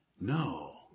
No